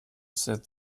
said